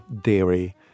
dairy